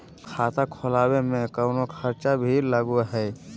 खाता खोलावे में कौनो खर्चा भी लगो है?